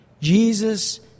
Jesus